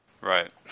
Right